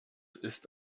ist